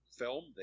film